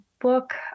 book